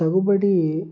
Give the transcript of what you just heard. తదుపరి